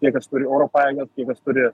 tie kas turi oro pajėgas tie kas turi